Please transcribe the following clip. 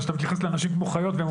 אבל כשאתה מתייחס לאנשים כמו אל חיות והם